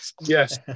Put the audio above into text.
Yes